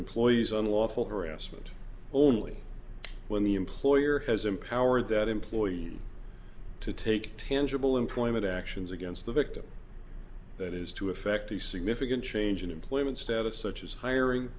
employee's unlawful harassment only when the employer has empowered that employee to take tangible employment actions against the victim that is to effect a significant change in employment status such as hiring